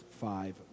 five